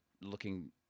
looking